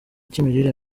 cy’imirire